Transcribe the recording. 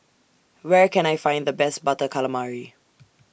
Where Can I Find The Best Butter Calamari